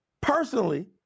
personally